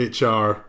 HR